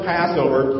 Passover